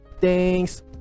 thanks